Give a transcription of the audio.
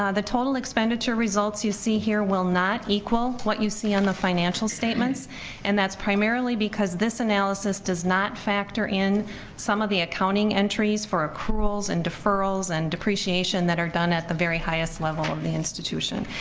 ah the total expenditure results you see here will not equal what you see on the financial statements and that's primarily because this analysis does not factor in some of the accounting entries for accruals and deferrals and depreciation, that are done at the very highest level of the institution.